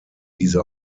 diese